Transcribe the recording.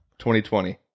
2020